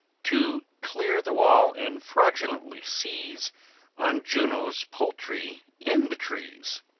to clear the wall and fraudulently seize on juno's poultry in the trees.